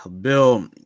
Bill